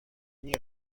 nie